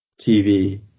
TV